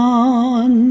on